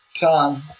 Tom